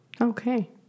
Okay